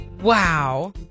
Wow